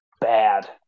bad